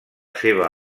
seva